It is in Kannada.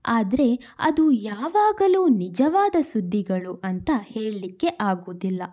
ಆದರೆ ಅದು ಯಾವಾಗಲೂ ನಿಜವಾದ ಸುದ್ದಿಗಳು ಅಂತ ಹೇಳಲಿಕ್ಕೆ ಆಗೋದಿಲ್ಲ